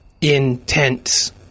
intense